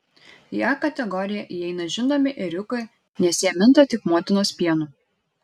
į a kategoriją įeina žindomi ėriukai nes jie minta tik motinos pienu